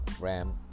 RAM